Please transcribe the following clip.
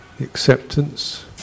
acceptance